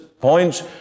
points